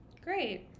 Great